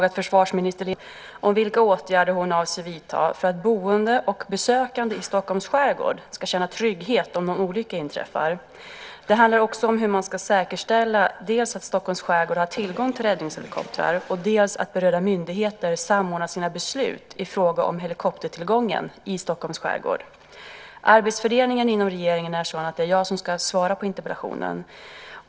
Herr talman! Marietta de Pourbaix-Lundin har i sin interpellation frågat försvarsminister Leni Björklund vilka åtgärder hon avser att vidta för att boende och besökande i Stockholms skärgård ska känna trygghet om någon olycka inträffar. Det handlar också om hur man ska säkerställa dels att Stockholms skärgård har tillgång till räddningshelikoptrar, dels att berörda myndigheter samordnar sina beslut i fråga om helikoptertillgången i Stockholms skärgård. Arbetsfördelningen inom regeringen är sådan att det är jag som ska svara på interpellationen.